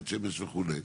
בית שמש וכולה,